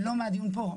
לא מהדיון פה,